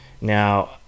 Now